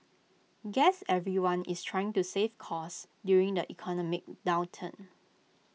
guess everyone is trying to save costs during the economic downturn